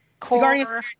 Core